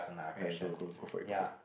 okay go go go for it go for it